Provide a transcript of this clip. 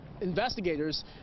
investigators